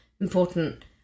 important